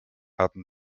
hatte